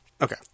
Okay